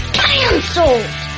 cancelled